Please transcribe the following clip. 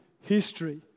history